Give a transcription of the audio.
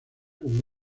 como